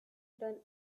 done